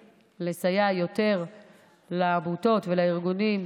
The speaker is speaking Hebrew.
הם פשוט באים עם ציונות, ומה שנקרא "רעל בעיניים"